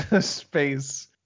space